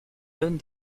donne